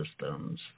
systems